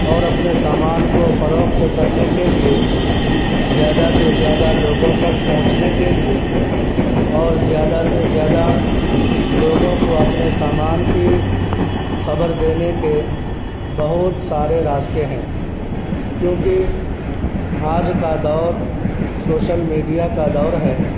اور اپنے سامان کو فروخت کرنے کے لیے زیادہ سے زیادہ لوگوں تک پہنچنے کے لیے اور زیادہ سے زیادہ لوگوں کو اپنے سامان کی خبر دینے کے بہت سارے راستے ہیں کیوں کہ آج کا دور سوشل میڈیا کا دور ہے